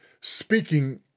speaking